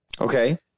Okay